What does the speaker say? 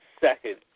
second